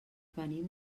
venim